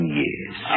years